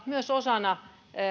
myös osana